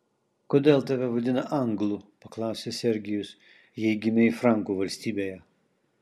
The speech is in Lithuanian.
kodėl tave vadina anglu paklausė sergijus jei gimei frankų valstybėje